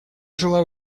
желаю